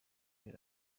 kuri